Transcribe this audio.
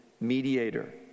mediator